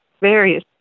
various